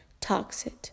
toxic